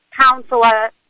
counselor